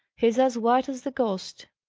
he's as white as the ghost!